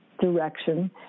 direction